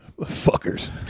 Fuckers